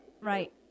Right